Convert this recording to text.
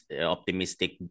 optimistic